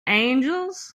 angels